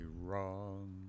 wrong